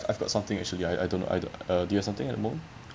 I've got something actually I I don't uh do you have something at the moment